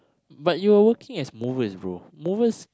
but you are working as movers bro movers